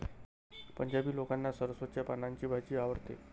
पंजाबी लोकांना सरसोंच्या पानांची भाजी आवडते